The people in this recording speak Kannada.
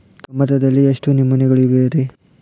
ಕಮತದಲ್ಲಿ ಎಷ್ಟು ನಮೂನೆಗಳಿವೆ ರಿ?